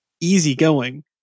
easygoing